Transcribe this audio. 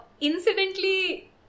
incidentally